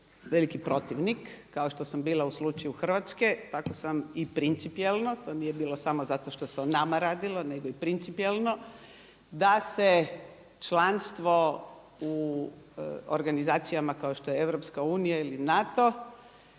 veliki protivnik, kao što sam bila u slučaju Hrvatske tako sam i principijelno, to nije bilo samo zato što se o nama radilo, nego i principijelno da se članstvo u organizacijama kako što je EU ili NATO